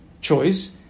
choice